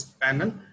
panel